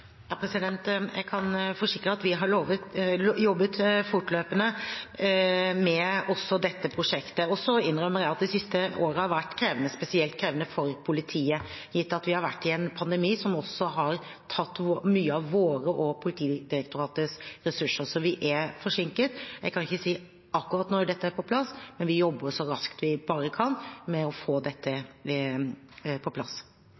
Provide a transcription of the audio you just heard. Jeg kan forsikre om at vi har jobbet fortløpende med også dette prosjektet. Så innrømmer jeg at det siste året har vært spesielt krevende for politiet, gitt at vi har vært i en pandemi som også har tatt mye av våre og Politidirektoratets ressurser. Så vi er forsinket. Jeg kan ikke si akkurat når dette er på plass, men vi jobber så raskt vi bare kan med å få dette på plass.